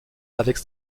avec